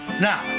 Now